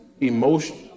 Emotion